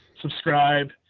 subscribe